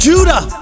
Judah